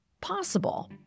possible